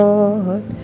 Lord